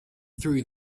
through